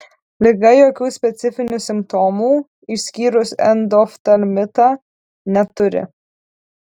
liga jokių specifinių simptomų išskyrus endoftalmitą neturi